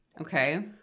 Okay